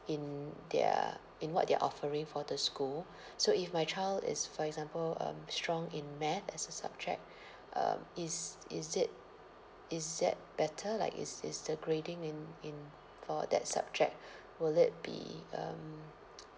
in their in what they're offering for the school so if my child is for example um strong in math as a subject um is is it is that better like is is the grading in in for that subject will that be um